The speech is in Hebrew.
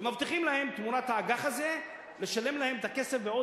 ומבטיחים להם תמורת האג"ח הזה לשלם להם את הכסף בעוד,